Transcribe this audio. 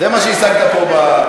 זה מה שהשגת פה.